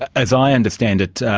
as i understand it,